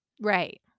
Right